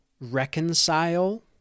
reconcile